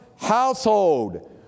household